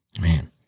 Man